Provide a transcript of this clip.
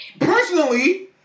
personally